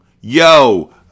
Yo